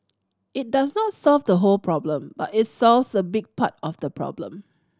it does not solve the whole problem but it solves a big part of the problem